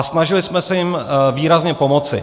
Snažili jsme se jim výrazně pomoci.